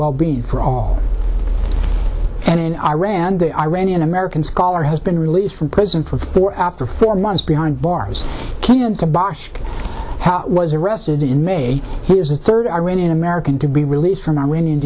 wellbeing for all and in iran the iranian american scholar has been released from prison for four after four months behind bars canyon how was arrested in may here's a third iranian american to be released from